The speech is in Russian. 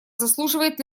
заслуживает